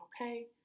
okay